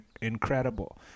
incredible